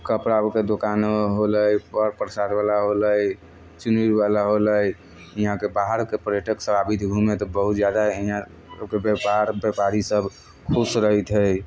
कपड़ाके दोकान होलै पऽर प्रसादवला होलै सिनुरवला होलै इहाँके बाहरके पर्यटकसब आबैत हइ घूमै तऽ बहुत जादा हियाँ सबके व्यापार व्यापारीसब खुश रहैत हइ